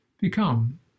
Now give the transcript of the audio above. become